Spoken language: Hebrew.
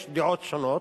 יש דעות שונות,